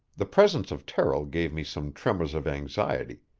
the presence of terrill gave me some tremors of anxiety,